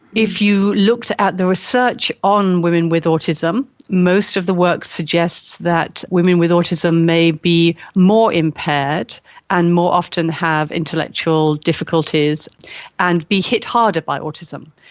if you looked at the research on women with autism, most of the work suggests that women with autism may be more impaired and more often have intellectual difficulties and be hit harder by autism,